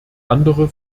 andere